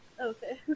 okay